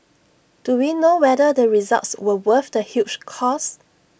do we know whether the results were worth the huge cost